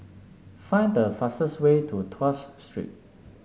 find the fastest way to Tuas Street